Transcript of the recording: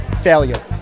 failure